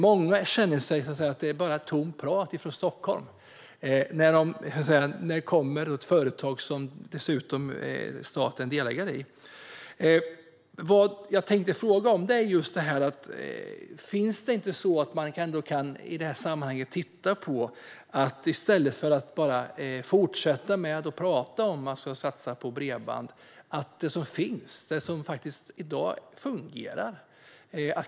Många känner att det bara är tomt prat från Stockholm när detta företag, som staten dessutom är delägare i, kommer. Det jag tänkte fråga om är: Kan man inte i detta sammanhang, i stället för att bara fortsätta att prata om att man ska satsa på bredband, titta på det som finns i dag och som faktiskt fungerar?